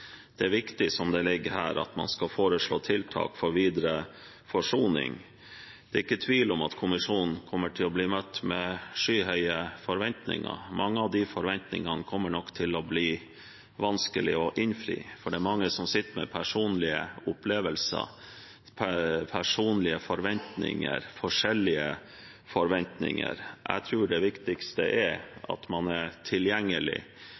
Det er viktig, sånn som det ligger her, at man skal foreslå tiltak for videre forsoning. Det er ikke tvil om at kommisjonen kommer til å bli møtt med skyhøye forventninger. Mange av de forventningene kommer nok til å bli vanskelig å innfri, for det er mange som sitter med personlige opplevelser, personlige forventninger, forskjellige forventninger. Jeg tror det viktigste er at man er tilgjengelig,